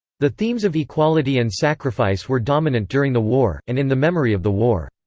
the themes of equality and sacrifice were dominant during the war, and in the memory of the war.